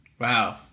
Wow